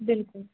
بِلکُل